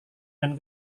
dan